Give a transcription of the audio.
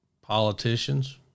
politicians